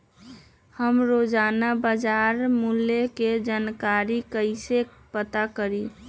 हम रोजाना बाजार मूल्य के जानकारी कईसे पता करी?